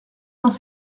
vingt